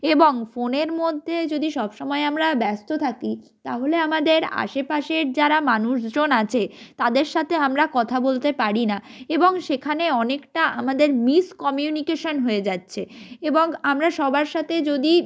এবং ফোনের মধ্যে যদি সব সময় আমরা ব্যস্ত থাকি তাহলে আমাদের আশেপাশের যারা মানুষজন আছে তাদের সাথে আমরা কথা বলতে পারি না এবং সেখানে অনেকটা আমাদের মিসকমিউনিকেশান হয়ে যাচ্ছে এবং আমরা সবার সাথে যদি